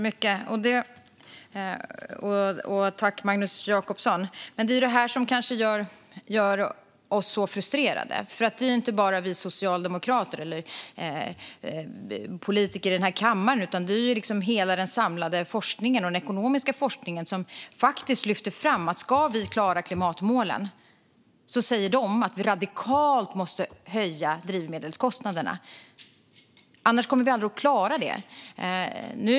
Herr ålderspresident! Det är detta som gör oss så frustrerade. Det är ju inte bara vi socialdemokrater eller vi politiker i den här kammaren, utan också hela den samlade forskningen och den ekonomiska forskningen, som lyfter fram att vi måste höja drivmedelskostnaderna radikalt för att vi ska klara klimatmålen. Vi kommer aldrig att klara dem annars.